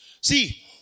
See